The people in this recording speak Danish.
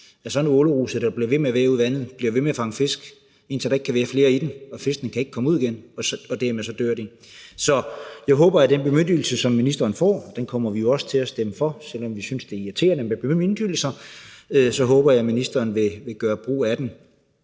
at sådan en åleruse, der bliver ved med at være ude i vandet, bliver ved med at fange fisk, indtil der ikke kan være flere i den. Fiskene kan ikke komme ud igen, og dermed dør de. Så jeg håber, at den bemyndigelse, som ministeren får, og den kommer vi jo også til at stemme for, selv om vi synes, det er irriterende med bemyndigelser, vil ministeren gør brug af.